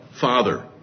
Father